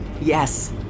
Yes